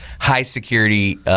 high-security